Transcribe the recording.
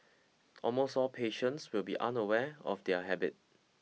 almost all patients will be unaware of their habit